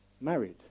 married